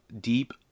deep